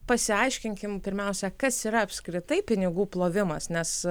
pasiaiškinkim pirmiausia kas yra apskritai pinigų plovimas nes